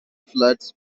floods